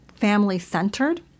family-centered